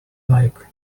like